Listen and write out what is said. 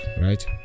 right